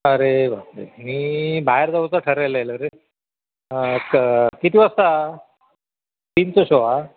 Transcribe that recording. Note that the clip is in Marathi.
अरे बापरे मी बाहेर जाऊचं ठरेलं रे किती वाजता तीनचा शो आ